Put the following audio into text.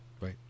Right